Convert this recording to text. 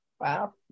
Wow